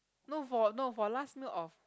no for no for last meal of